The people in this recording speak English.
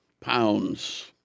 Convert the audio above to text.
pounds